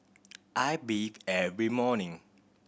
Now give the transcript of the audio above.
I bathe every morning